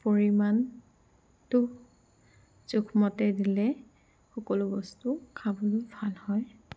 পৰিমাণটো জোখমতে দিলে সকলো বস্তু খাবলৈ ভাল হয়